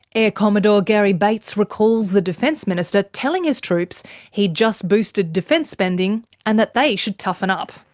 air commodore garry bates recalls the defence minister telling his troops he'd just boosted defence spending, and that they should toughen up.